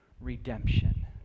redemption